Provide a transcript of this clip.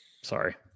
Sorry